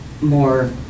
more